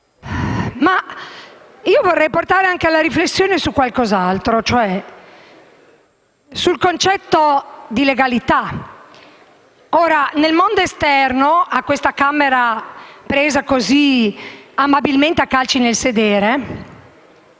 Ma io vorrei fare anche una riflessione su qualcos'altro, cioè sul concetto di legalità. Nel mondo esterno a questa Camera, presa amabilmente a calci nel sedere,